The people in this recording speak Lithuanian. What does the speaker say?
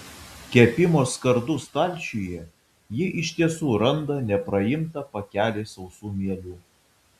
kepimo skardų stalčiuje ji iš tiesų randa nepraimtą pakelį sausų mielių